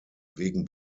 wegen